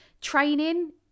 training